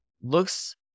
looks